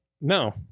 No